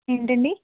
ఏంటండి